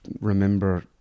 remember